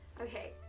Okay